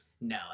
No